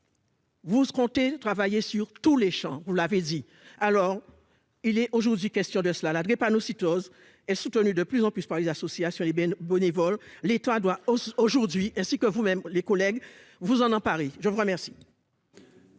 Vous ce comté de travailler sur tous les champs, vous l'avez dit, alors, il est aujourd'hui question de cela, la drépanocytose soutenu de plus en plus par les associations, les ben bénévoles, l'État doit aujourd'hui ainsi que vous-même les collègues vous en en Paris, je vous remercie.